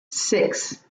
six